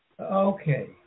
Okay